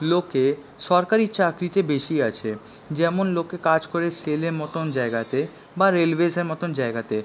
লোকে সরকারি চাকরিতে বেশি আছে যেমন লোকে কাজ করে সেলের মতন জায়গাতে বা রেলওয়েজের মতন জায়গাতে